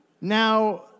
Now